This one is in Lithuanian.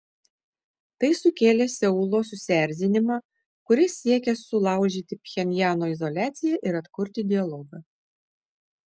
tai sukėlė seulo susierzinimą kuris siekia sulaužyti pchenjano izoliaciją ir atkurti dialogą